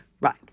Right